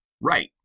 Right